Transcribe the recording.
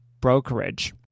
brokerage